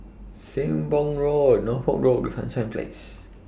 Sembong Road Norfolk Road and Sunshine Place